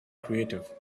creative